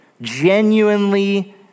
genuinely